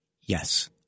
Yes